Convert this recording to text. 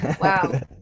Wow